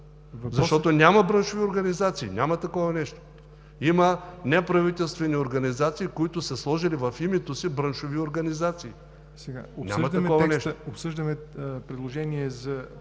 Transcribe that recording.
защото няма браншови организации. Няма такова нещо! Има неправителствени организации, които са сложили в името си „браншови организации“. Няма такова нещо!